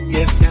Yes